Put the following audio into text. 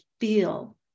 feel